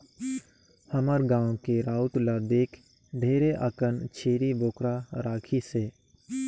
हमर गाँव के राउत ल देख ढेरे अकन छेरी बोकरा राखिसे